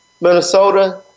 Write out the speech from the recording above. Minnesota